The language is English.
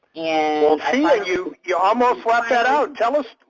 and you you almost left that out. tell us.